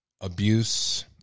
abuse